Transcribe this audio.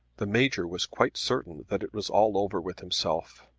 the major was quite certain that it was all over with himself.